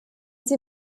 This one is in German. sie